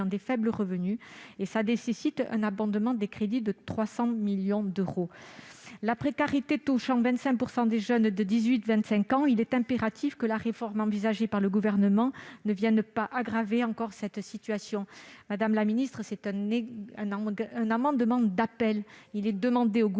à faibles revenus, laquelle nécessite un abondement des crédits de 300 millions d'euros. La précarité touchant 25 % des jeunes de 18 à 25 ans, il est impératif que la réforme envisagée par le Gouvernement ne vienne pas aggraver la situation. Madame la ministre, il s'agit d'un amendement d'appel : il est demandé au Gouvernement